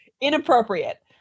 Inappropriate